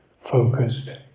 focused